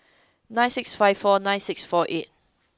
nine six five four nine six four eight